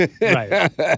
Right